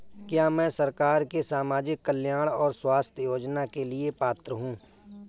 क्या मैं सरकार के सामाजिक कल्याण और स्वास्थ्य योजना के लिए पात्र हूं?